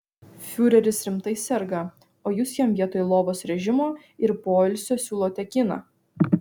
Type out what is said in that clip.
fiureris rimtai serga o jūs jam vietoj lovos režimo ir poilsio siūlote kiną